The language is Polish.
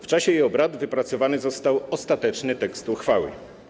W czasie jej obrad wypracowany został ostateczny tekst uchwały.